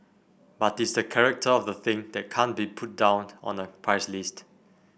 but it's the character of the thing that can't be put down on a price list